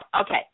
okay